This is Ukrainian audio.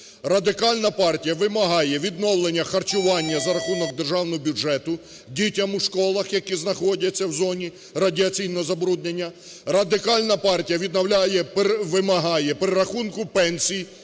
Радикальна партія вимагає відновлення харчування за рахунок Державного бюджету дітям у школах, які знаходяться в зоні радіаційного забруднення. Радикальна партія вимагає перерахунку пенсій